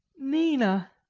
nina,